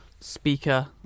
speaker